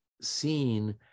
seen